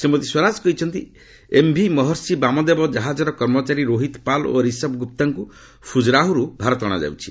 ଶ୍ରୀମତୀ ସ୍ୱରାଜ କହିଛନ୍ତି ଏମ୍ଭି ମହର୍ଷି ବାମଦେବ ଜାହାଜର କର୍ମଚାରୀ ରୋହିତ ପାଲ୍ ଓ ରିଷଭ ଗୁପ୍ତାଙ୍କୁ ଫୁକ୍ରାହରୁ ଭାରତ ଅଣାଯାଉଛି